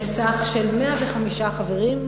לסך של 105 חברים,